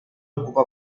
ocupa